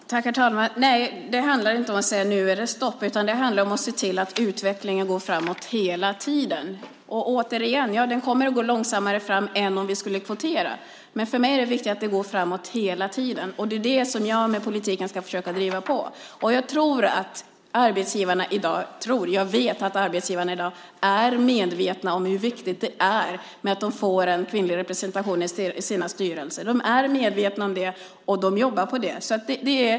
Herr talman! Nej, det handlar inte om att säga att nu är det stopp utan det handlar om att se till att utvecklingen går framåt hela tiden. Återigen: Den kommer att gå långsammare fram än om vi skulle kvotera. Men för mig är det viktigt att det går framåt hela tiden. Det är det som jag ska försöka driva på med politiken. Jag vet att arbetsgivarna i dag är medvetna om hur viktigt det är att de får en kvinnlig representation i sina styrelser. De är medvetna om det och de jobbar på det.